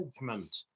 management